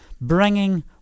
bringing